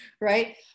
right